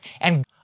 and-